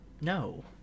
No